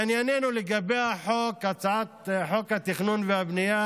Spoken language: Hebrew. לענייננו, לגבי הצעת חוק התכנון והבנייה